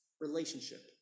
Relationship